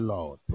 Lord